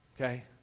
okay